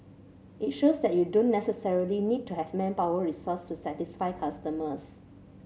it shows that you don't necessarily need to have manpower resource to satisfy customers